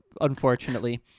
unfortunately